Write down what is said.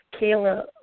Kayla